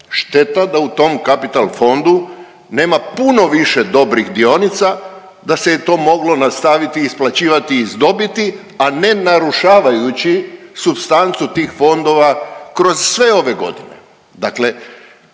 Šteta da u tom kapital fondu nema puno više dobrih dionica da se je to moglo nastaviti isplaćivati iz dobiti, a ne narušavajući supstancu tih fondova kroz sve ove godine.